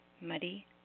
Muddy